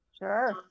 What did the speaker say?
Sure